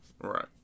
Right